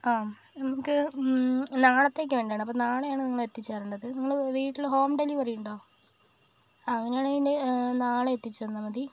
ആ നമുക്ക് നാളത്തേക്ക് വേണ്ടിയാണ് അപ്പം നാളെയാണ് നിങ്ങൾ എത്തിച്ച് തരണ്ടത് നിങ്ങള് വീട്ടില് ഹോം ഡെലിവറിയിണ്ടോ ആ അങ്ങനെ ആണെങ്കില് നാളെ എത്തിച്ച് തന്നാൽ മതി